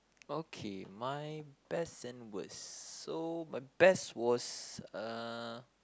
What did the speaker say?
okay my best and worst so my best was uh